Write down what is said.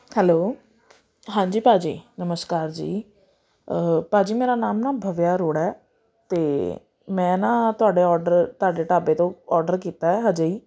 hello ਹਾਂਜੀ ਭਾਅ ਜੀ ਨਮਸਕਾਰ ਜੀ ਭਾਅ ਜੀ ਮੇਰਾ ਨਾਮ ਨਾ ਭਵਿਆ ਅਰੋੜਾ ਹੈ ਅਤੇ ਮੈਂ ਨਾ ਤੁਹਾਡੇ ਔਡਰ ਤੁਹਾਡੇ ਢਾਬੇ ਤੋਂ ਔਡਰ ਕੀਤਾ ਹੈ ਹਜੇ ਹੀ